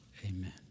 Amen